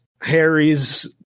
Harry's